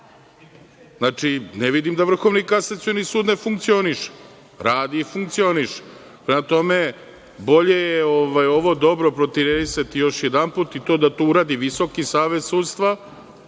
sudu. Ne vidim da Vrhovni kasacioni sud ne funkcioniše, radi i funkcioniše. Prema tome bolje je ovo dobro protresti još jedanput i to da uradi Visoki savet sudstva,